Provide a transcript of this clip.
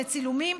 לצילומים,